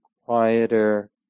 quieter